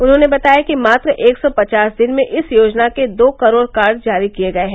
उन्होंने बताया कि मात्र एक सौ पचास दिन में इस योजना के दो करोड़ कार्ड जारी किये गये हैं